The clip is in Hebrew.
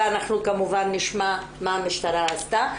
ואנחנו כמובן נשמע מה המשטרה עשתה,